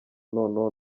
noneho